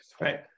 Right